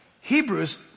Hebrews